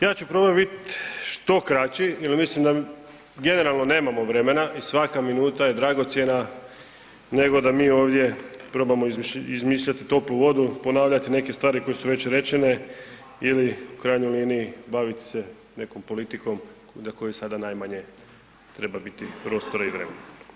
Ja ću probat biti što kraći jel mislim da generalno nemamo vremena i svaka minuta je dragocjena nego da mi ovdje probamo izmišljati toplu vodu, ponavljati neke stvari koje su već rečene ili u krajnjoj liniji baviti se nekom politikom za koju sada najmanje treba biti prostora i vremena.